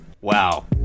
wow